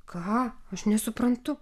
ką aš nesuprantu